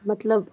مطلب